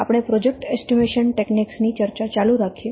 આપણે project estimation techniques ની ચર્ચા ચાલુ રાખીએ